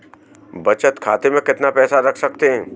बचत खाते में कितना पैसा रख सकते हैं?